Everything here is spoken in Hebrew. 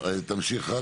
תמשיך.